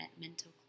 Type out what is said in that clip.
mental